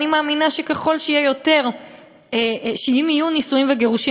אני מאמינה שככל שיהיו נישואים וגירושים